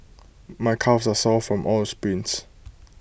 my calves are sore from all the sprints